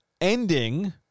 ending